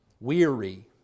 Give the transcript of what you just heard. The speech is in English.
weary